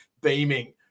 beaming